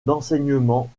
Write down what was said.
d’enseignement